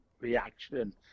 reaction